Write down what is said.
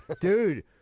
Dude